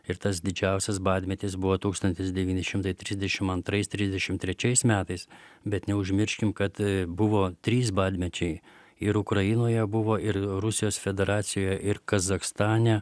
ir tas didžiausias badmetis buvo tūkstantis devyni šimtai trisdešim antrais trisdešim trečiais metais bet neužmirškim kad buvo trys badmečiai ir ukrainoje buvo ir rusijos federacijoje ir kazachstane